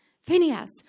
Phineas